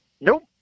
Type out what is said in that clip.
Nope